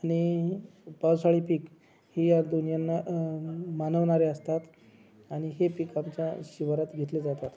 आणि पावसाळी पीक ही या दोन्हींना मानवणारी असतात आणि हे पीक आमच्या शिवारात घेतली जातात